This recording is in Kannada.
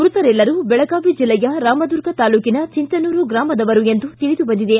ಮ್ಯಶರೆಲ್ಲರೂ ಬೆಳಗಾವಿ ಜಿಲ್ಲೆಯ ರಾಮದುರ್ಗ ತಾಲೂಕಿನ ಚಿಂಚನೂರು ಗ್ರಾಮದವರು ಎಂದು ತಿಳಿದು ಬಂದಿದೆ